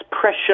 pressure